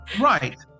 Right